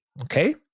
okay